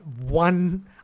one